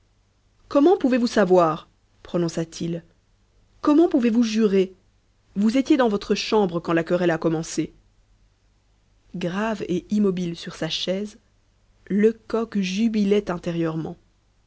comment pouvez-vous savoir prononça-t-il comment pouvez-vous jurer vous étiez dans votre chambre quand la querelle a commencé grave et immobile sur sa chaise lecoq jubilait intérieurement